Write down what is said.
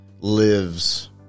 lives